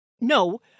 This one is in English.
No